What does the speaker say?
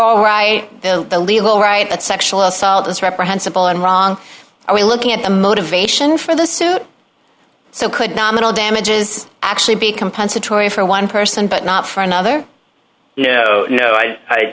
more right the legal right but sexual assault is reprehensible and wrong are we looking at the motivation for the suit so could nominal damages actually be compensatory for one person but not for another you kno